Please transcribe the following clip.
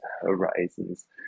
horizons